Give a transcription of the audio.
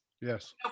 Yes